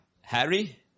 harry